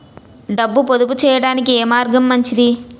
డబ్బు పొదుపు చేయటానికి ఏ మార్గం మంచిది?